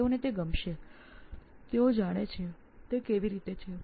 તેમને ગમે છે તેઓ જાણે છે કે કઈ રીતે કાર્ય કરે છે